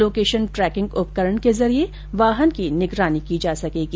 location tracking उपकरण के जरिए वाहन की निगरानी की जा सकेगी